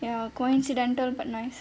ya coincidental but nice